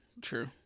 true